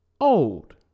Old